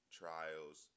trials